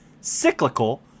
cyclical